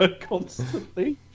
constantly